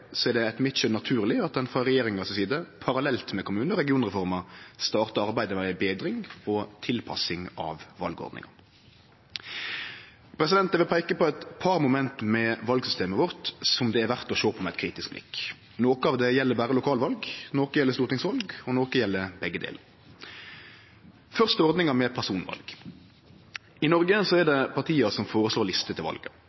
er det etter mitt skjønn naturleg at ein frå regjeringa si side, parallelt med kommune- og regionreforma, startar arbeidet med ei betring og tilpassing av valordninga. Eg vil peike på eit par moment ved valsystemet vårt som det er verdt å sjå på med eit kritisk blikk. Noko av det gjeld berre lokalval, noko gjeld stortingsval, og noko gjeld begge delar. Først til ordninga med personval. I Noreg er det partia som føreslår lister til valet.